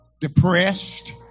depressed